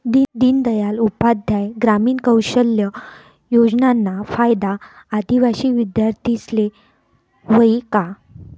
दीनदयाल उपाध्याय ग्रामीण कौशल योजनाना फायदा आदिवासी विद्यार्थीस्ले व्हयी का?